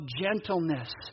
gentleness